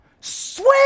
swim